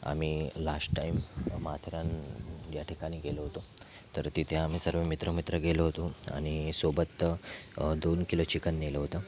आम्ही last time Matheran या ठिकाणी गेलो होतो तर तिथे आम्ही सर्व मित्र मित्र गेलो होतो आणि सोबत दोन किलो चिकन नेलं होतं